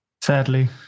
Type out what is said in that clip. sadly